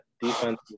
defense